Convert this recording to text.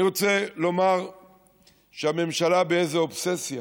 אני רוצה לומר שהממשלה באיזה אובססיה.